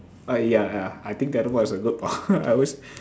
ah ya ya I think teleport is a good power I always